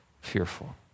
fearful